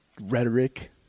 rhetoric